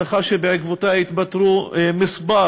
הדחה שבעקבותיה התפטרו מספר